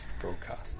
broadcast